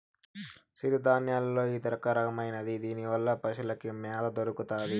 సిరుధాన్యాల్లో ఇదొరకమైనది దీనివల్ల పశులకి మ్యాత దొరుకుతాది